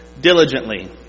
diligently